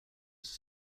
his